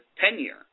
tenure